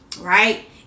Right